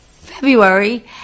February